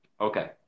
Okay